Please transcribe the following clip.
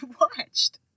watched